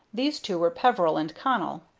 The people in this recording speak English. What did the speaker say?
these two were peveril and connell.